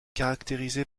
caractérisé